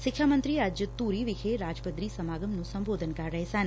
ਸੱਖਿਆ ਮੰਤਰੀ ਅੱਜ ਧੁਰੀ ਵਿਖੇ ਰਾਜ ਪੱਧਰੀ ਸਮਾਗਮ ਨੂੰ ਸੰਬੋਧਨ ਕਰ ਰਹੇ ਸਨ